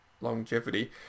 longevity